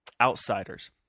outsiders